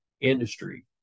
industry